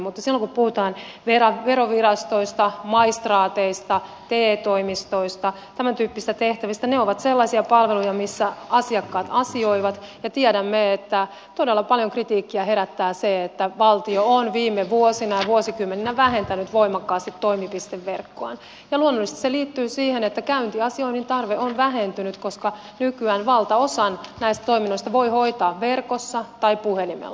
mutta kun puhutaan verovirastoista maistraateista te toimistoista tämäntyyppisistä tehtävistä ne ovat sellaisia palveluja missä asiakkaat asioivat ja tiedämme että todella paljon kritiikkiä herättää se että valtio on viime vuosina ja vuosikymmeninä vähentänyt voimakkaasti toimipisteverkkoaan ja luonnollisesti se liittyy siihen että käyntiasioinnin tarve on vähentynyt koska nykyään valtaosan näistä toiminnoista voi hoitaa verkossa tai puhelimella